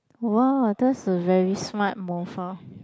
!wow! that's a very smart move ah